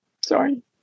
Sorry